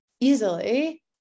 easily